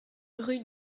rue